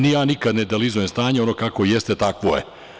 Ni ja nikad ne idealizujem stanje, ono kako jeste takvo je.